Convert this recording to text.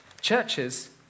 Churches